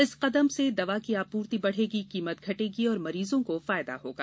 इस कदम से दवा की आपूर्ति बढ़ेगी कीमत घटेगी और मरीजों को फायदा होगा